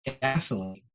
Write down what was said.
gasoline